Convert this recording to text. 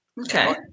Okay